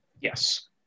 Yes